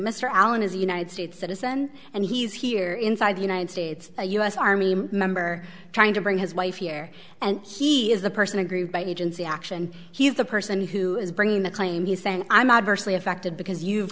mr allen is a united states citizen and he's here inside the united states a u s army member trying to bring his wife here and he is the person aggrieved by agency action he is the person who is bringing the claim he's saying i'm adversely affected because you've